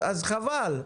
אז חבל.